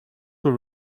were